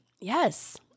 Yes